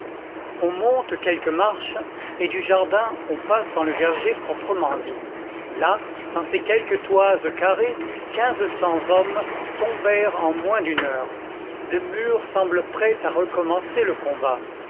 on monte quelques marches et du jardin on passe dans le verger proprement dit là dans ces quelques toises carrées quinze cents hommes tombèrent en moins d'une heure le mur semble prêt à recommencer le combat